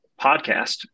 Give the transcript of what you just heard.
podcast